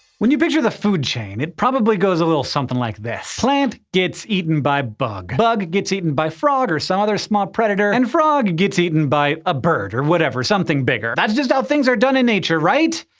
when you picture the food chain, it probably goes a little something like this plant gets eaten by bug bug gets eaten by frog or some other small predator, and frog gets eaten by a bird or whatever something bigger. that's just how things are done in nature, right.